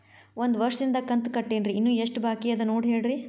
ಒಂದು ವರ್ಷದಿಂದ ಕಂತ ಕಟ್ಟೇನ್ರಿ ಇನ್ನು ಎಷ್ಟ ಬಾಕಿ ಅದ ನೋಡಿ ಹೇಳ್ರಿ